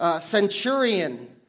Centurion